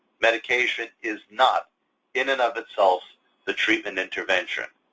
medication is not in and of itself the treatment intervention.